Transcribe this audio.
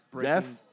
death